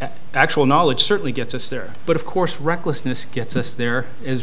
at actual knowledge certainly gets us there but of course recklessness gets us there as